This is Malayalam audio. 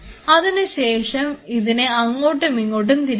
അതിനുശേഷം അതിനെ അങ്ങോട്ടുമിങ്ങോട്ടും തിരിക്കുക